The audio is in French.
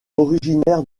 originaire